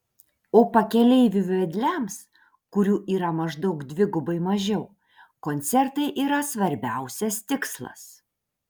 o pakeleivių vedliams kurių yra maždaug dvigubai mažiau koncertai yra svarbiausias tikslas